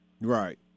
Right